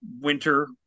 winter